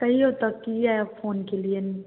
कहिऔ तब किए फोन केलिअनि